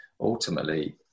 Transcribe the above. ultimately